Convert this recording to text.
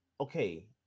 Okay